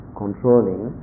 controlling